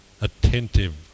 attentive